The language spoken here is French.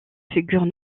figurent